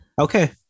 Okay